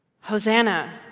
Hosanna